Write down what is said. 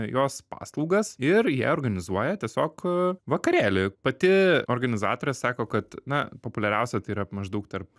jos paslaugas ir jie organizuoja tiesiog vakarėlį pati organizatorė sako kad na populiariausia tai yra maždaug tarp